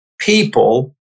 people